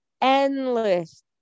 endless